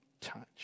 touch